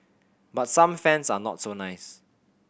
but some fans are not so nice